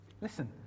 Listen